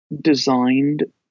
designed